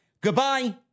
Goodbye